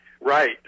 Right